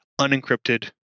unencrypted